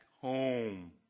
home